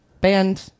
band